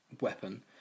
weapon